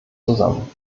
zusammen